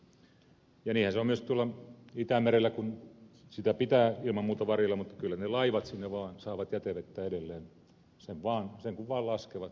ja niinhän se on myös tuolla itämerellä jota pitää ilman muuta varjella mutta kyllä ne laivat sinne vaan saavat jätevettä edelleen laittaa sen kun vaan laskevat